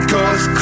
Cause